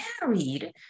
married